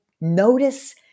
notice